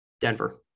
Denver